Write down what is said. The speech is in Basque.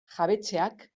jabetzeak